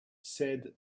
said